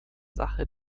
sache